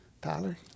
Tyler